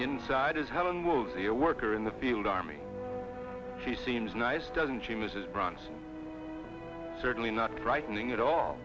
inside is her worker in the field army she seems nice doesn't she mrs bronx certainly not frightening at all